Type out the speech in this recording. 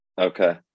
Okay